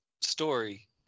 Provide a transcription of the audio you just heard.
story